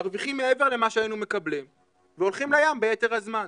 מרוויחים מעבר למה שהיינו מקבלים והולכים לים ביתר הזמן.